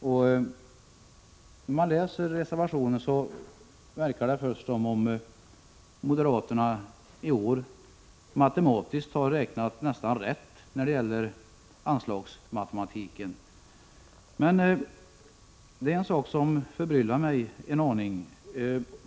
När man läser moderaternas reservation härvidlag verkar det först som om moderaterna i år har kommit nästan rätt när det gäller anslagsmatematiken. Men det är en sak som förbryllar mig en aning.